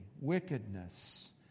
wickedness